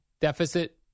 deficit